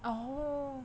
oh